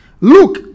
Look